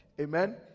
amen